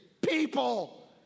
people